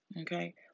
Okay